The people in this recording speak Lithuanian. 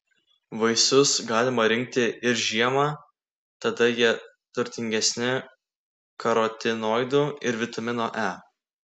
vaisius galima rinkti ir žiemą tada jie turtingesni karotinoidų ir vitamino e